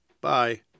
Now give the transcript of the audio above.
Bye